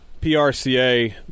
prca